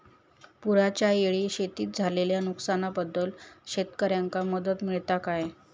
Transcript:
पुराच्यायेळी शेतीत झालेल्या नुकसनाबद्दल शेतकऱ्यांका मदत मिळता काय?